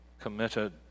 committed